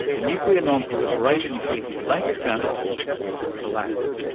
the nuclear non-proliferation treaty's latest round of talks all but collapsed,